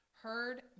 heard